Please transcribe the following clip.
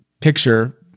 picture